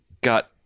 got